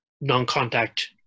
non-contact